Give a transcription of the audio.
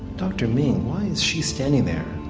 dr ming, why is she standing there.